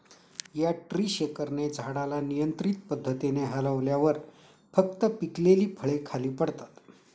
या ट्री शेकरने झाडाला नियंत्रित पद्धतीने हलवल्यावर फक्त पिकलेली फळे खाली पडतात